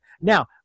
Now